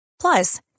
Plus